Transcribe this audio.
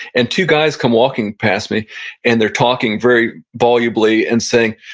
and two guys come walking past me and they're talking very volubly and saying,